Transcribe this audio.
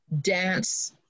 dance